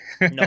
no